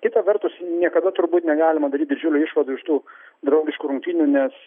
kita vertus niekada turbūt negalima daryt didžiulių išvadų iš tų draugiškų rungtynių nes